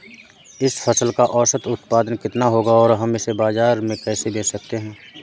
इस फसल का औसत उत्पादन कितना होगा और हम इसे बाजार में कैसे बेच सकते हैं?